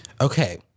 Okay